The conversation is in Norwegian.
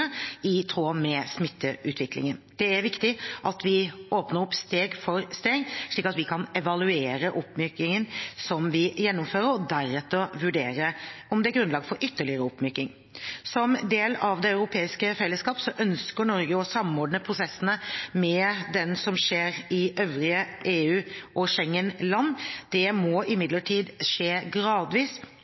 i tråd med smitteutviklingen. Det er viktig at vi åpner opp steg for steg, slik at vi kan evaluere oppmykningen vi gjennomfører, og deretter vurdere om det er grunnlag for ytterligere oppmykning. Som en del av det europeiske fellesskapet ønsker Norge å samordne prosessene med dem som skjer i øvrige EU- og Schengen-land. Det må imidlertid skje gradvis